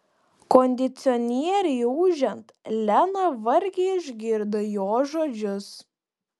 kondicionieriui ūžiant lena vargiai išgirdo jo žodžius